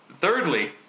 thirdly